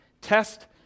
test